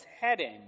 heading